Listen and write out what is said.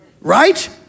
Right